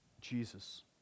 Jesus